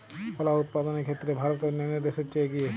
কলা উৎপাদনের ক্ষেত্রে ভারত অন্যান্য দেশের চেয়ে এগিয়ে